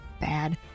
bad